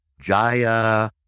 Jaya